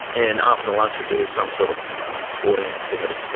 and after lunch we do some sort of sporting activity. so